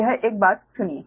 यह एक बात सुनो